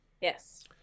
Yes